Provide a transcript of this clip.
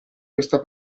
questa